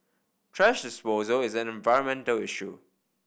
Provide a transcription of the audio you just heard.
thrash disposal is an environmental issue